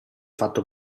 fatto